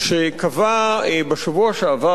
ראשון הדוברים הוא חבר הכנסת דב חנין,